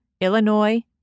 Illinois